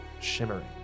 shimmering